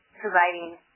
providing